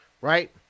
right